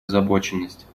озабоченность